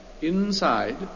Inside